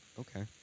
Okay